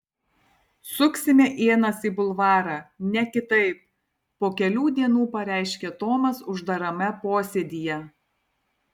suksime ienas į bulvarą ne kitaip po kelių dienų pareiškė tomas uždarame posėdyje